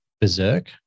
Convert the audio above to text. berserk